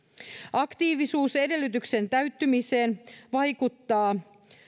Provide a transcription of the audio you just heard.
aktiivisuusedellytyksen täyttymiseen vaikuttavat